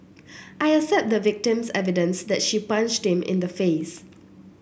I accept the victim's evidence that she punched him in the face